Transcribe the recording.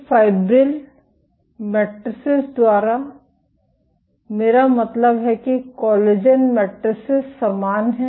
तो fibril matrices द्वारा मेरा मतलब है कि कोलेजन मैट्रिसेस समान हैं